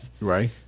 Right